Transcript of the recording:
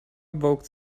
woke